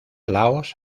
laos